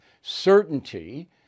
certainty